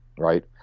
Right